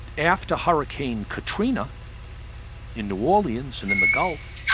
after hurricane katrina in new orleans and in the gulf,